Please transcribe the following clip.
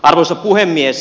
arvoisa puhemies